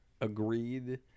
agreed